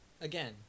again